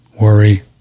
worry